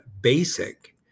basic